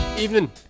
Evening